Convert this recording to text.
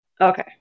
Okay